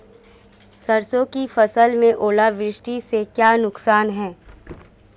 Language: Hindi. सरसों की फसल में ओलावृष्टि से क्या नुकसान है?